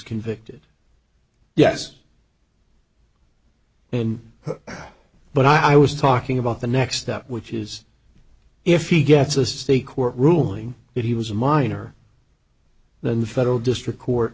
convicted yes and but i was talking about the next step which is if he gets a state court ruling that he was a minor then the federal district court